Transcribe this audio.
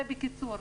זה בקיצור.